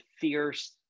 fierce